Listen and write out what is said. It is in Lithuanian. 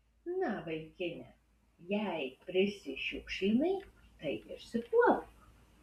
na vaikine jeigu prisišiukšlinai tai išsikuopk